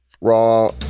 Raw